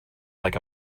like